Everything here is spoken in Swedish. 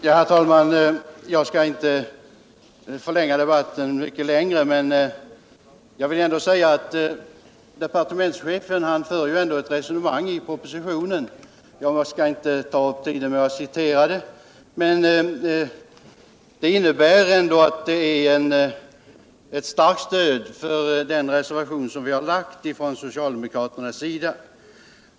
Herr talman! Jag skall inte förlänga debatten, men jag vill ändå säga att departementschefen i propositionen för ett resonemang som innebär att det finns ett starkt stöd för den reservation vi har lagt från socialdemokraternas sida.